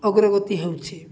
ଅଗ୍ରଗତି ହେଉଛି